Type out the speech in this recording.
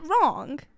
wrong